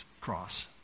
cross